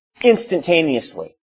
instantaneously